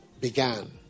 began